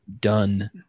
done